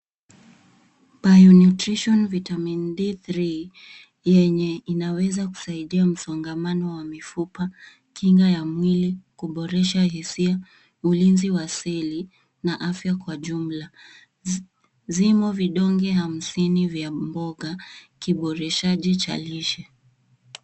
Bio nutrition vitamin D three yenye inaweza kusaidia msongamano wa mifupa, kinga ya mwili, kuboresha hisia, ulinzi wa seli, na afya kwa jumla. Zimo vidonge hamsini vya mboga, kiboreshaji cha lishe.